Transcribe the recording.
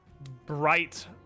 bright